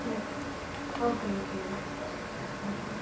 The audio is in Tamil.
ம் ஓகே ஓகே ஓகே மேம்